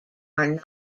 are